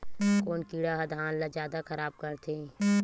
कोन कीड़ा ह धान ल जादा खराब करथे?